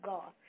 God